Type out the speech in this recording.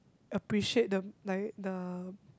appreciate the like the